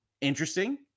Interesting